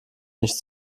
nicht